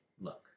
look